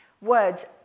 words